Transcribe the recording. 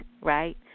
right